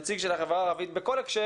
נציג של החברה הערבית בכל הקשר,